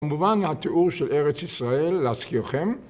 כמובן לתיאור של ארץ ישראל להזכירכם.